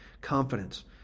confidence